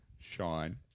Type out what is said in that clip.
Sean